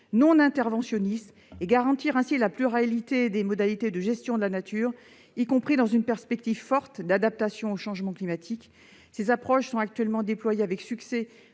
non interventionnistes et garantir ainsi la pluralité des modalités de gestion de la nature, y compris dans une perspective forte d'adaptation au changement climatique. Ces approches sont actuellement déployées avec succès